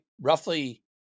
roughly